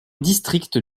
district